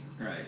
Right